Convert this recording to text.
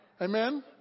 Amen